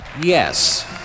Yes